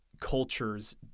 cultures